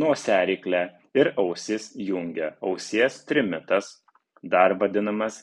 nosiaryklę ir ausis jungia ausies trimitas dar vadinamas